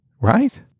right